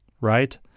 right